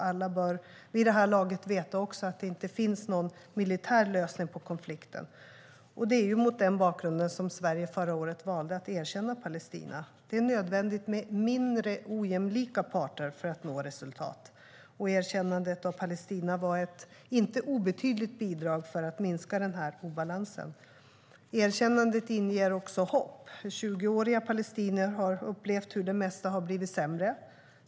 Alla bör vid det här laget veta att det inte finns någon militär lösning på konflikten. Det var mot den bakgrunden som Sverige förra året valde att erkänna Palestina. Det är nödvändigt med mindre ojämlika parter för att nå resultat. Erkännandet av Palestina var ett inte obetydligt bidrag för att minska denna obalans. Erkännandet inger också hopp. 20-åriga palestinier har upplevt hur det mesta har blivit sämre.